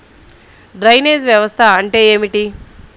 Drainage వ్యవస్థ అంటే ఏమిటి?